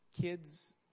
kids